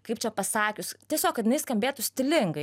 kaip čia pasakius tiesiog kad jinai skambėtų stilingai